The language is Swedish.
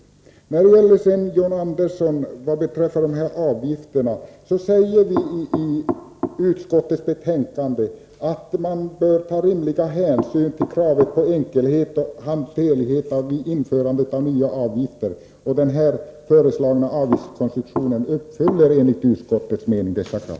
Vad beträffar det som John Andersson sade om denna avgift framhåller vi i utskottsbetänkandet att man bör ta rimliga hänsyn till kravet på enkelhet och hanterlighet vid införandet av nya avgifter. Den nu föreslagna avgiftskonstruktionen fyller enligt utskottets mening dessa krav.